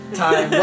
time